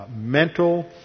mental